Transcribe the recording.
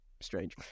strange